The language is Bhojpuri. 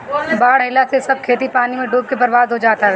बाढ़ आइला से सब खेत पानी में डूब के बर्बाद हो जात हवे